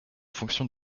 fonction